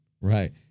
Right